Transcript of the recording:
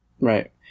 Right